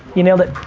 you nailed it.